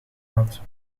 had